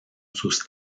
sus